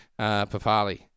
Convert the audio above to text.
Papali